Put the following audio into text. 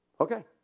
Okay